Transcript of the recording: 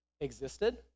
existed